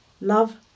love